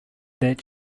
that